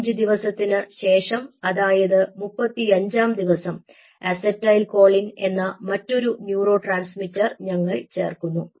അഞ്ചു ദിവസത്തിന് ശേഷം അതായത് മുപ്പത്തിയഞ്ചാം ദിവസം അസറ്റൈൽകോളിൻ എന്ന മറ്റൊരു ന്യൂറോ ട്രാൻസ്മിറ്റർ ഞങ്ങൾ ചേർക്കുന്നു